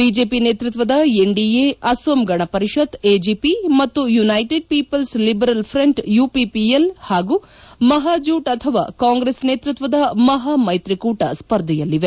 BJP ನೇತೃತ್ವದ NDA Asom Gana Parishad AGP ಮತ್ತು United Peoples Liberal Front UPPL ಹಾಗೂ ಮಹಾಜೂಟ್ ಅಥವಾ ಕಾಂಗ್ರೆಸ್ ನೇತೃತ್ವದ ಮಹಾ ಮೈತ್ರಿಕೂಟ ಸ್ಪರ್ಧೆಯಲ್ಲಿವೆ